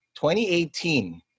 2018